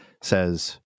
says